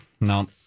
no